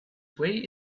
way